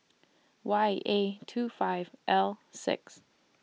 Y A two five L six